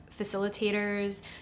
facilitators